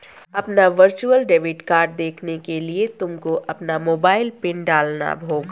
अपना virtual debit card देखने के लिए तुमको अपना मोबाइल पिन डालना होगा